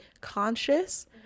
conscious